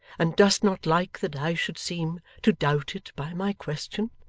and dost not like that i should seem to doubt it by my question?